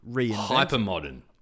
hyper-modern